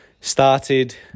started